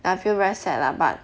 I feel very sad lah but